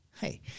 hey